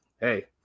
hey